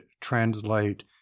translate